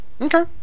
Okay